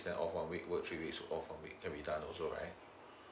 then off one week work three weeks off one week can be done also right